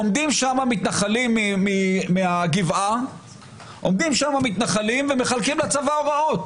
עומדים שם מתנחלים מהגבעה ומחלקים לצבא הוראות,